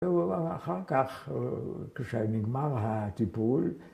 ‫ואחר כך, כשנגמר הטיפול...